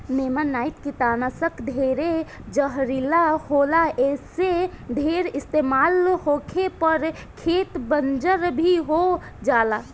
नेमानाइट कीटनाशक ढेरे जहरीला होला ऐसे ढेर इस्तमाल होखे पर खेत बंजर भी हो जाला